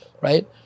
right